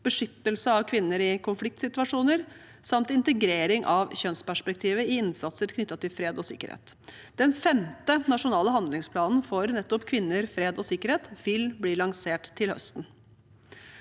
beskyttelse av kvinner i konfliktsituasjoner samt integrering av kjønnsperspektivet i innsatser knyttet til fred og sikkerhet. Den femte nasjonale handlingsplanen for kvinner, fred og sikkerhet vil bli lansert til høsten.